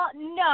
no